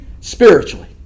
spiritually